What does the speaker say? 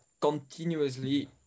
continuously